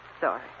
sorry